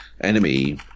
enemy